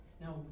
Now